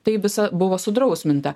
tai visa buvo sudrausminta